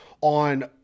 on